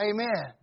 Amen